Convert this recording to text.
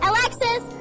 Alexis